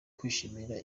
kwishimira